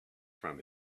from